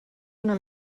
una